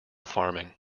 farming